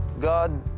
God